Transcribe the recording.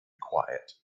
quiet